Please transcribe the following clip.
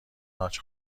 حاج